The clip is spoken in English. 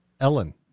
Ellen